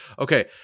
Okay